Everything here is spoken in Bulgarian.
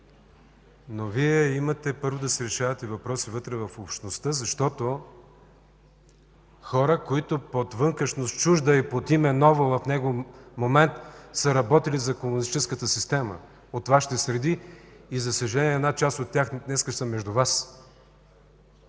Вие имате да си решавате въпроса вътре в общността, защото хора, които под вънкашност чужда и под име ново в него момент са работили за комунистическата система от Вашите среди, и, за съжаление, една част от тях днес са между Вас.